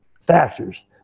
factors